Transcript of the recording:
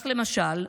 למשל,